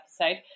episode